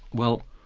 well,